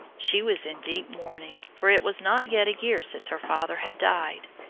she was in deep mourning, for it was not yet a year since her father had died.